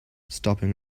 stopping